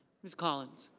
ms. collins.